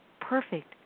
perfect